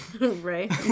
right